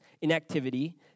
inactivity